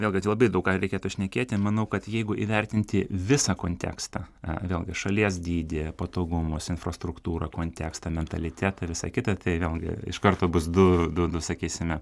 vėlgi tai labai daug ką reikėtų šnekėti manau kad jeigu įvertinti visą kontekstą a vėlgi šalies dydį patogumus infrastruktūrą kontekstą mentalitetą visa kita tai vėlgi iš karto bus du du du sakysime